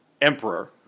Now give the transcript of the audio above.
emperor